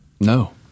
No